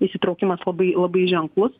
įsitraukimas labai labai ženklus